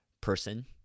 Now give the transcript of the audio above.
person